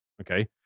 Okay